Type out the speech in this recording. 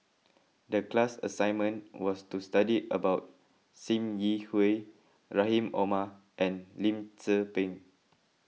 the class assignment was to study about Sim Yi Hui Rahim Omar and Lim Tze Peng